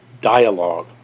dialogue